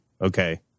okay